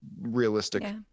realistic